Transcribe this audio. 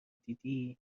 دیدی